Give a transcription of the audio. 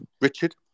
Richard